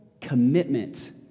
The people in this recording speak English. commitment